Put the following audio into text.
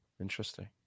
Interesting